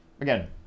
Again